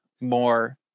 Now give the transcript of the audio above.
more